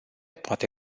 poate